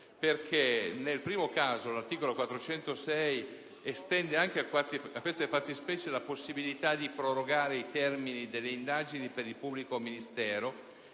processuale importante. L'articolo 406 estende anche a queste fattispecie la possibilità di prorogare i termini delle indagini per il pubblico ministero,